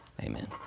amen